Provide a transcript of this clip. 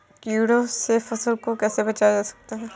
कीटों से फसल को कैसे बचाया जा सकता है?